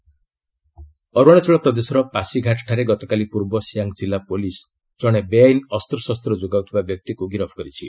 Arunachal arrest Arunachal ପ୍ରଦେଶର ପାସିଘାଟଠାରେ ଗତକାଲି ପୂର୍ବ ସିଆଙ୍ଗ୍ ଜିଲ୍ଲା ପୁଲିସ୍ ଜଣେ ବେଆଇନ ଅସ୍ତ୍ରଶସ୍ତ ଯୋଗାଉଥିବା ବ୍ୟକ୍ତିକୁ ଗିରଫ କରିଛି